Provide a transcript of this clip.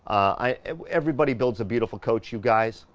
ah everybody builds a beautiful coach you guys,